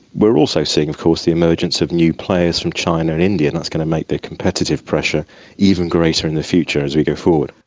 we're also seeing, of course, the emergence of new players from china and india and that's going to make the competitive pressure even greater in the future as we go forward.